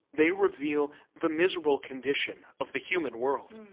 they reveal the miserable condition of the human world.